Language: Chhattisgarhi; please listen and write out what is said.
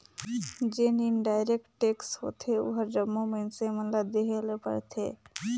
जेन इनडायरेक्ट टेक्स होथे ओहर जम्मो मइनसे मन ल देहे ले परथे